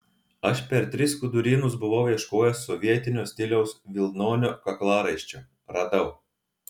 aš per tris skudurynus buvau ieškojęs sovietinio stiliaus vilnonio kaklaraiščio radau